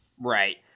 Right